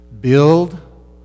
Build